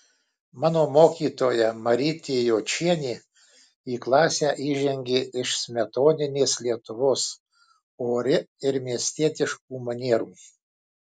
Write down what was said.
mano mokytoja marytė jočienė į klasę įžengė iš smetoninės lietuvos ori ir miestietiškų manierų